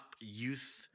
youth